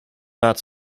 not